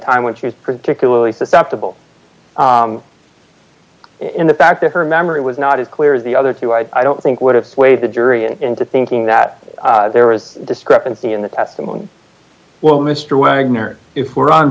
time when she was particularly susceptible in the fact that her memory was not as clear as the other two i don't think would have way the durian into thinking that there is a discrepancy in the testimony well mister wagner if we're on